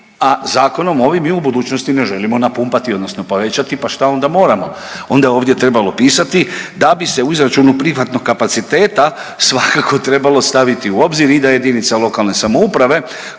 a zakonom ovim i u budućnosti ne želimo napumpati odnosno povećati, pa šta onda moramo? Onda je ovdje trebalo pisati da bi se u izračunu prihvatnog kapaciteta svakako trebalo staviti u obzir i da jedinica lokalne samouprave